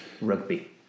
rugby